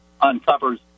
uncovers